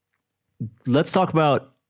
let's talk about